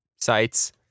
sites